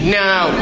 now